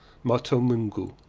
moto mungu.